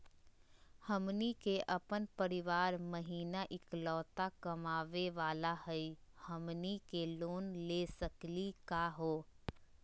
हमनी के अपन परीवार महिना एकलौता कमावे वाला हई, हमनी के लोन ले सकली का हो?